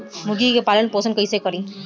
मुर्गी के पालन पोषण कैसे करी?